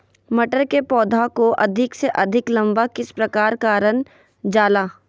मटर के पौधा को अधिक से अधिक लंबा किस प्रकार कारण जाला?